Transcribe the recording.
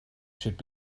should